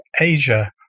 Asia